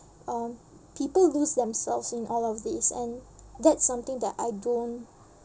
um people lose themselves in all of these and that's something that I don't